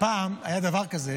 פעם היה דבר כזה